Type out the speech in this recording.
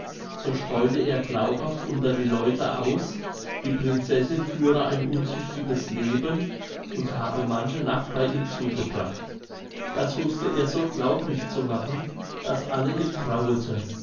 so streute er glaubhaft unter die leute aus die prinzessin führe ein unzüchtiges leben und habe manche nacht bei ihm zugebracht das wußte er so glaublich zu machen daß alle ihm traueten